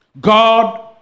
God